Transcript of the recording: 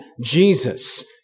Jesus